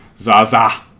Zaza